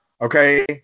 okay